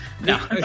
No